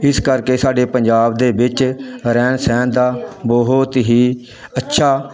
ਇਸ ਕਰਕੇ ਸਾਡੇ ਪੰਜਾਬ ਦੇ ਵਿੱਚ ਰਹਿਣ ਸਹਿਣ ਦਾ ਬਹੁਤ ਹੀ ਅੱਛਾ